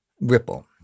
Ripple